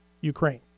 Ukraine